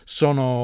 sono